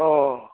अ